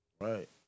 Right